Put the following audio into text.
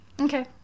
Okay